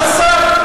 אז השר,